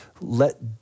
let